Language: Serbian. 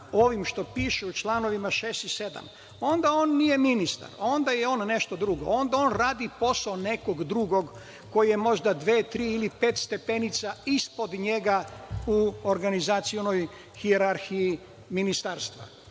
ovim što piše u čl. 6. i 7. onda on nije ministar, već je on nešto drugo, radi posao nekog drugog koji je možda dve, tri ili pet stepenica ispod njega u organizacionoj hijerarhiji ministarstva.